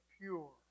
pure